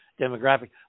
demographic